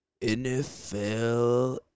NFL